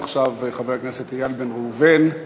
עכשיו חבר הכנסת איל בן ראובן,